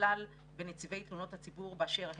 בכלל אצל נציבי תלונות הציבור באשר הם.